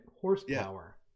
horsepower